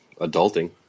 adulting